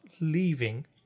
leaving